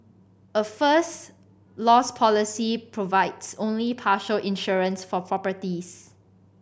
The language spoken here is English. a First Loss policy provides only partial insurance for properties